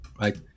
right